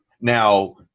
now